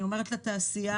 אני אומרת לתעשייה,